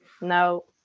no